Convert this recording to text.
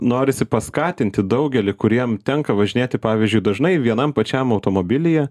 norisi paskatinti daugelį kuriem tenka važinėti pavyzdžiui dažnai vienam pačiam automobilyje